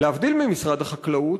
להבדיל ממשרד החקלאות,